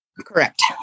Correct